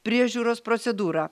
priežiūros procedūrą